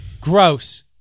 Gross